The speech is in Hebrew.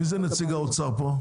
מי נציג האוצר פה?